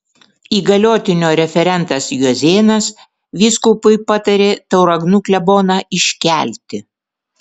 įgaliotinio referentas juozėnas vyskupui patarė tauragnų kleboną iškelti